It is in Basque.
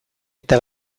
eta